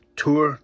Tour